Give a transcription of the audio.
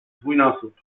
dwójnasób